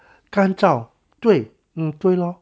干燥对 uh 对 lor